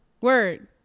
Word